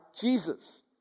Jesus